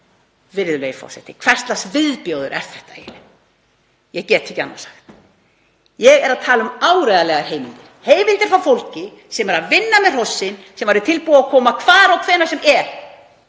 Virðulegi forseti. Hvers lags viðbjóður ert þetta eiginlega? Ég get ekki annað sagt. Ég er að tala um áreiðanlegar heimildir, heimildir frá fólki sem er að vinna með hrossin, sem væri tilbúið að koma hvar og hvenær sem er